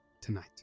Tonight